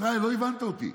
ישראל, לא הבנת אותי,